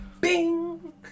Bing